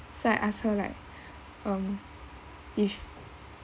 so I ask her like um if